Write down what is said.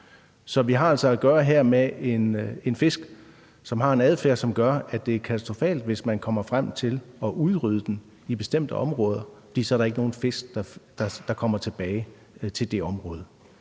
Så vi har altså her at gøre med en fisk, som har en adfærd, som gør, at det er katastrofalt, hvis man udrydder den i bestemte områder, for så er der ikke nogen fisk, der kommer tilbage til det område.